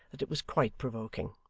that it was quite provoking.